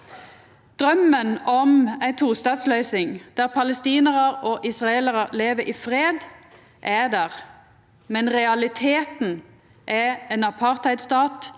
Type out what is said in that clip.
Draumen om ei tostatsløysing der palestinarar og israelarar lever i fred, er der, men realiteten er ein apartheidstat